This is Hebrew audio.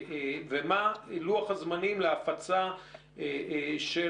ומה לוח הזמנים להפצה של